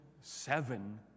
seven